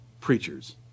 preachers